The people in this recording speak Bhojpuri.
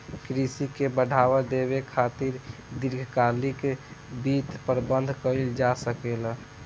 कृषि के बढ़ावा देबे खातिर दीर्घकालिक वित्त प्रबंधन कइल जा सकेला